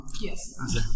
Yes